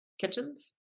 kitchens